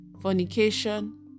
fornication